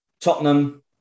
Tottenham